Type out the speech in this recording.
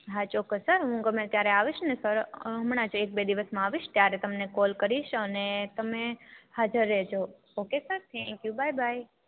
હાં ચોક્સસ સર હું ગમે તેરે આવીશ સર હમણાં આજ એક બે દિવસમાં આવિશ ત્યારે તમને કોલ કરિશ અને તમી હાજર રહેજો okay sir thank you bye by